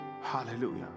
Hallelujah